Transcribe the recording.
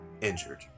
injured